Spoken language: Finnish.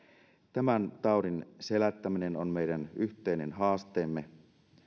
tämän taudin selättäminen on meidän yhteinen haasteemme